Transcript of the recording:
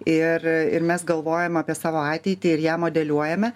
ir ir mes galvojam apie savo ateitį ir ją modeliuojame